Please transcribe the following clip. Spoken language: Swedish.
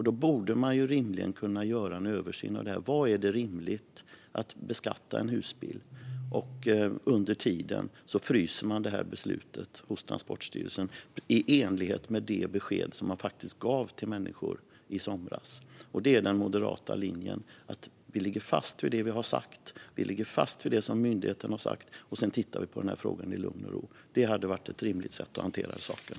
Då borde man rimligen göra en översyn av vad som är en rimlig beskattning av en husbil och under tiden frysa beslutet hos Transportstyrelsen, i enlighet med det besked man faktiskt gav till människor i somras. Den moderata linjen är att vi ska stå fast vid det som myndigheten har sagt och sedan titta på frågan i lugn och ro. Det hade varit ett rimligt sätt att hantera saken.